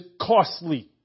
costly